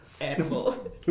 animal